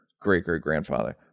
great-great-grandfather